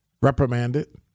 reprimanded